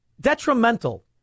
detrimental